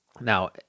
Now